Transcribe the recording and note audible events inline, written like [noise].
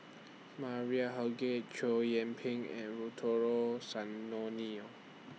Maria [unintelligible] Chow Yian Ping and [unintelligible]